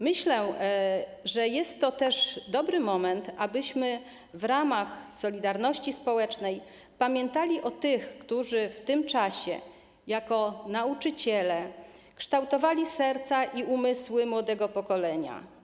Myślę, że jest to dobry moment, abyśmy w ramach solidarności społecznej pamiętali o tych, którzy w tym czasie jako nauczyciele kształtowali serca i umysły młodego pokolenia.